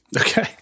Okay